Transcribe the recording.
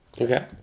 Okay